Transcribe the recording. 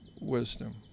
wisdom